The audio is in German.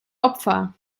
opfer